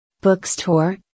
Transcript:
Bookstore